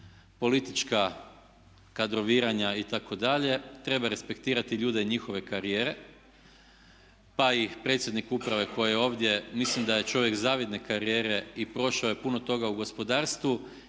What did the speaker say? politička kadroviranja itd., treba respektirati ljude i njihove karijere. Pa i predsjednik uprave koji je ovdje, mislim da je čovjek zavidne karijere i prošao je puno toga u gospodarstvu